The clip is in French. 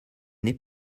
n’est